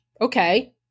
okay